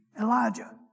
Elijah